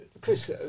Chris